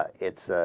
it's ah.